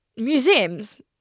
museums